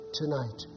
tonight